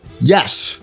Yes